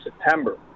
September